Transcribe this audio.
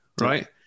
right